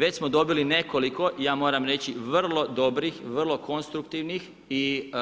Već smo dobili nekoliko, ja moram reći vrlo dobrih, vrlo konstruktivnih i